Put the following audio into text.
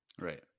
Right